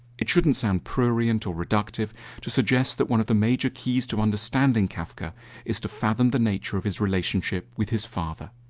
it shouldn't sound prurient or reductive to suggest that one of the major keys to understanding kafka is to fathom the nature of his relationship with his father.